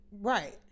Right